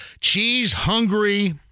cheese-hungry